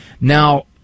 Now